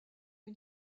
une